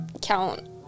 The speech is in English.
count